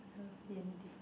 I cannot see anything